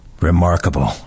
Remarkable